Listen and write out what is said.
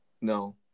No